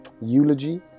eulogy